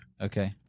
Okay